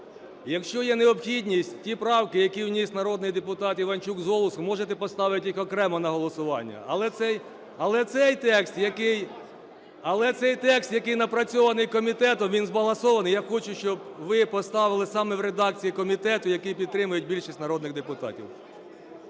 Якщо є необхідність ті правки, які вніс народний депутат Іванчук з голосу, можете поставити їх окремо на голосування. Але цей текст, який напрацьований комітетом, він збалансований. Я хочу, щоб ви поставили саме в редакції комітету, яку підтримують більшість народних депутатів.